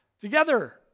together